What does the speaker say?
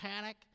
panic